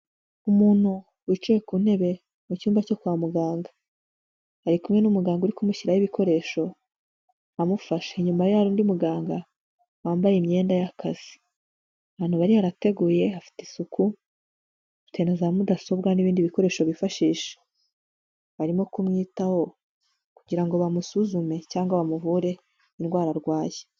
Umuntu wicaye ku ntebe mu cyumba cyo kwa muganga. Ari kumwe n'umuganga uri kumushyiraho ibikoresho amufashe. Inyuma yaho hari undi muganga wambaye imyenda y'akazi. Ahantu bari harateguye hafite isuku bitewe na za mudasobwa n'ibindi bikoresho bifashisha. Barimo kumwitaho kugira ngo bamusuzume cyangwa bamuvure indwara arwaye.